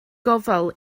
gofal